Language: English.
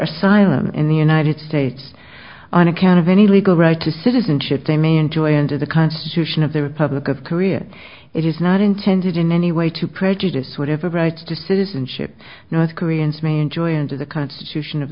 asylum in the united states on account of any legal right to citizenship they may enjoy under the constitution of the republic of korea and it is not intended in any way to prejudice whatever rights to citizenship north koreans may enjoy under the constitution of